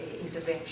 intervention